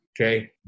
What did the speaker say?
okay